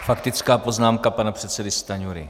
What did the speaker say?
Faktická poznámka pana předsedy Stanjury.